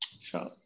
Sure